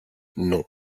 non